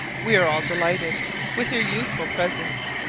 we are all delighted with your useful presents,